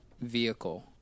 vehicle